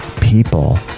People